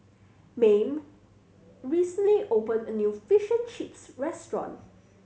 Mayme recently opened a new fish and chips restaurant